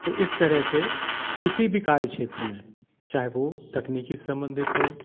तो इस तरह से किसी भी कार्य क्षेत्र में चाहे वो तकनीकी सम्बन्धित हो